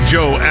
Joe